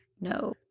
No